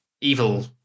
evil